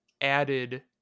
added